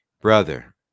Brother